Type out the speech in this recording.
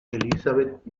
elizabeth